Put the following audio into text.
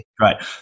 right